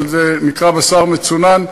אבל זה נקרא בשר מצונן,